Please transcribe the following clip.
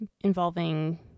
involving